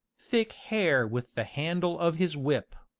thick hair with the handle of his whip.